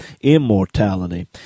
immortality